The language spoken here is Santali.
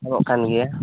ᱧᱟᱢᱚᱜ ᱠᱟᱱ ᱜᱮᱭᱟ